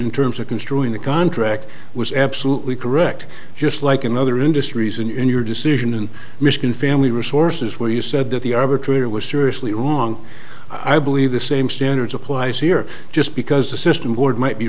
in terms of construing the contract was absolutely correct just like in other industries and in your decision in michigan family resources where you said that the arbitrator was seriously wrong i believe the same standards applies here just because the system board might be